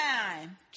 time